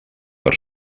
per